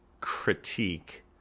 critique